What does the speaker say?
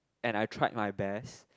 and I tried my best